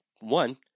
one